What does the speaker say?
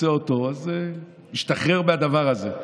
רוצה אותו, אז הוא השתחרר מהדבר הזה.